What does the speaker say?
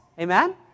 Amen